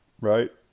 right